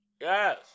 Yes